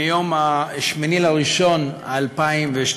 מיום 8 בינואר 2012,